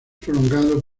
prolongado